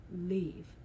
leave